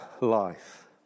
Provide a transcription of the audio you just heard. life